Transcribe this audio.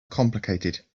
complicated